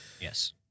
Yes